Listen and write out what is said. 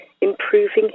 improving